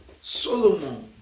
Solomon